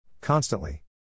Constantly